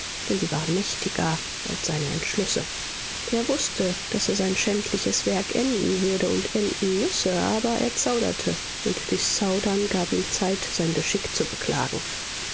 denn sie waren mächtiger als seine entschlüsse er wußte daß er sein schändliches werk enden würde und enden müsse aber er zauderte und dies zaudern gab ihm zeit sein geschick zu beklagen